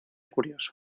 curioso